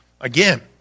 Again